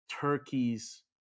turkeys